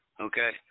Okay